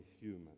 human